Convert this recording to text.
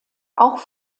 auch